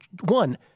one